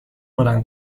بلند